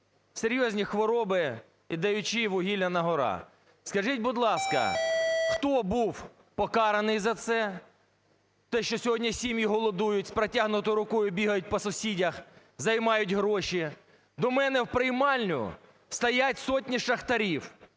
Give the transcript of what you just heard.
серйозні хвороби і даючи вугілля на-гора. Скажіть, будь ласка, хто був покараний за це, те, що сьогодні сім'ї голодують, з протягнутою рукою бігають по сусідах, займають гроші? До мене в приймальню стоять сотні шахтарів